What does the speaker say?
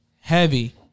heavy